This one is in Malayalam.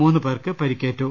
മൂന്നുപ്പേർക്ക് പരിക്കേറ്റു